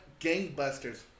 gangbusters